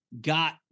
got